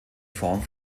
form